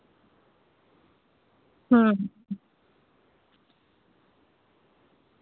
ᱦᱮᱸ